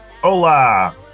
Hola